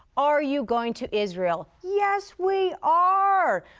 are you going to israel? yes, we are.